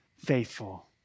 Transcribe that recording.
faithful